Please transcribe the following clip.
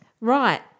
right